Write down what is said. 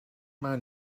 man